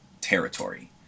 territory